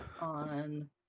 on